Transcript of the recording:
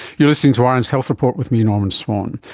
you're listening to um rn's health report with me, norman swan.